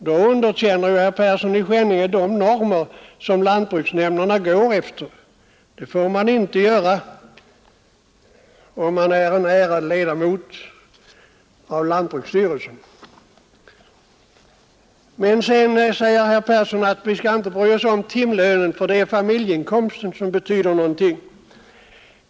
Då underkänner han också de normer som lantbruksnämnderna går efter, och det får man inte göra om man är en ärad ledamot av kungl lantbruksstyrelsen. Herr Persson i Skänninge menar vidare att vi inte skall bry oss om timlönen utan att det är familjeinkomsten som betyder någonting.